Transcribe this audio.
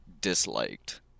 disliked